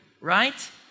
right